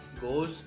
goes